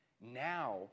now